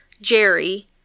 Jerry